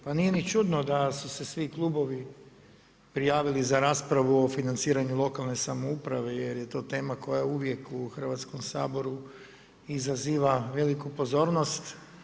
Pa nije ni čudno da su se svi klubovi prijavili za raspravu o financiranju lokalne samouprave jer je to tema koja uvijek u Hrvatskom saboru izaziva veliku pozornost.